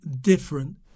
different